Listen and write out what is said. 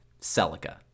Celica